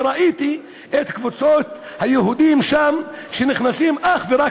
וראיתי את קבוצות היהודים שם שנכנסים אך ורק